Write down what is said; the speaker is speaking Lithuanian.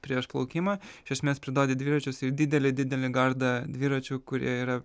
prieš plaukimą iš esmės priduodi dviračius į didelį didelį gardą dviračių kurie yra